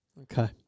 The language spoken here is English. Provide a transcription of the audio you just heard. Okay